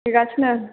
फैगासिनो